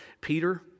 Peter